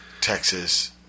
Texas